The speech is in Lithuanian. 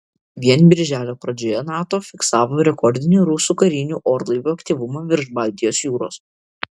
vien birželio pradžioje nato fiksavo rekordinį rusų karinių orlaivių aktyvumą virš baltijos jūros